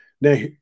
Now